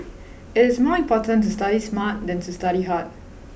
it is more important to study smart than to study hard